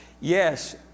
yes